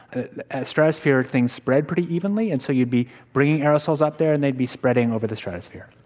the stratosphere everything's spread pretty evenly. and so, you'd be bringing aerosols up there and they'd be spreading over the stratosphere.